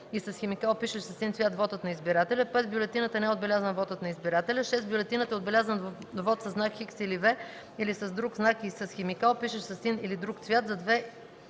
и с химикал, пишещ със син цвят, вотът на избирателя; 5. в бюлетината не е отбелязан вотът на избирателя; 6. в бюлетината е отбелязан вот със знак „Х” или „V” или с друг знак и с химикал, пишещ със син или друг цвят, за две